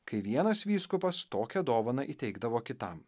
kai vienas vyskupas tokią dovaną įteikdavo kitam